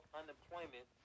unemployment